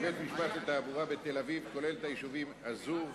של בית-המשפט לתעבורה בתל-אביב כולל את היישובים אזור,